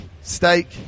Steak